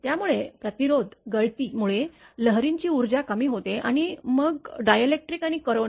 त्यामुळे प्रतिरोध गळती मुळे लहरींची ऊर्जा कमी होते आणि मग डायइलेक्ट्रिक आणि कोरोना